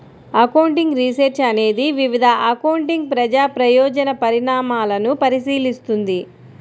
accounting research అనేది వివిధ accounting ప్రజా ప్రయోజన పరిణామాలను పరిశీలిస్తుంది